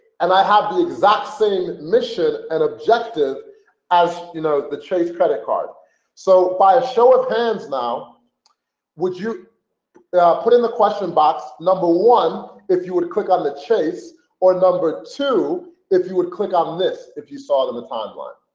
and i have exact same mission and objectives as you know the chase credit card so by a show of hands now would you put in the question box number one if you would click on the chase or number two if you would click on this if you saw it in the timeline